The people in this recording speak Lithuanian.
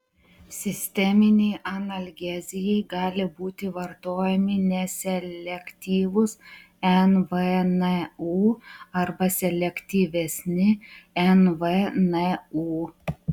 sisteminei analgezijai gali būti vartojami neselektyvūs nvnu arba selektyvesni nvnu